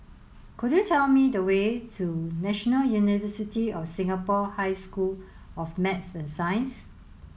could you tell me the way to National University of Singapore High School of Math and Science